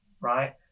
right